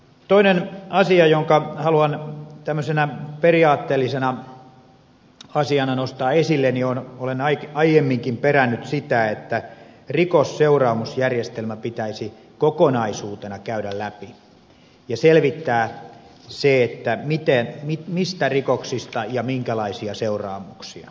toinen asia jonka haluan tämmöisenä periaatteellisena asiana nostaa esille olen aiemminkin perännyt sitä on se että rikosseuraamusjärjestelmä pitäisi kokonaisuutena käydä läpi ja selvittää se mistä rikoksista ja minkälaisia seuraamuksia